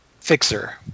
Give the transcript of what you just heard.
fixer